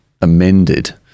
amended